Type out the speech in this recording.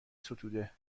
ستوده